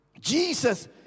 Jesus